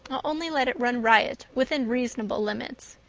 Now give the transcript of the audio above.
i'll only let it run riot within reasonable limits.